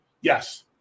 Yes